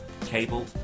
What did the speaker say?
Cable